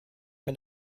mit